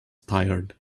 tired